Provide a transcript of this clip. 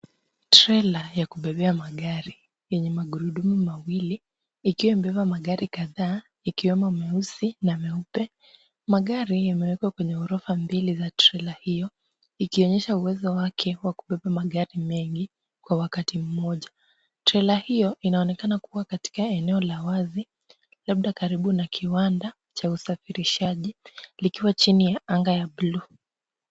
Trela ya kubebea magari yenye magurudumu mawili ikiwa imebeba magari kadhaa ikiwemo meusi na meupe. Magari yameekwa kwenye ghorofa mbili za trela hiyo ikionyesha uwezo wake wa kubeba magari mengi kwa wakati mmoja. Trela hiyo inaonekana kuwa katika eneo la wazi labda karibu na kiwanda cha usafirishaji likiwa chini ya anga ya bluu.